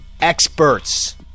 experts